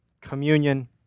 communion